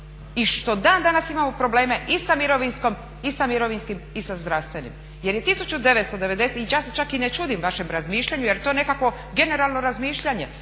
i što dan danas imamo probleme i sa mirovinskim i sa zdravstvenim. Jer je 1990. i ja se čak i ne čudim vašem razmišljanju, jer to je nekakvo generalno razmišljanje